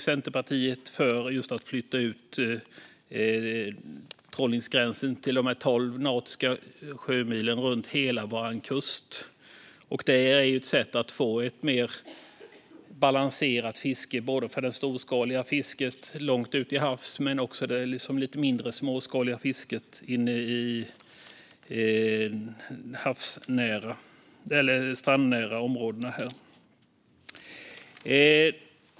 Centerpartiet är för att flytta ut trålningsgränsen till tolv nautiska mil runt hela Sveriges kust. Det är ett sätt att få ett mer balanserat fiske vad gäller både det storskaliga långt ute till havs och det småskaliga i strandnära områden.